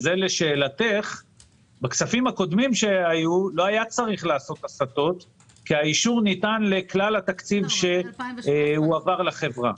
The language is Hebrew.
לא היה צריך לעשות הסטות כי האישור ניתן לכלל התקציב שהועבר לחברה.